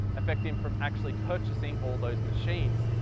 affect him from actually purchasing all those machines.